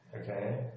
Okay